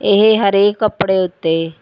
ਇਹ ਹਰੇਕ ਕੱਪੜੇ ਉੱਤੇ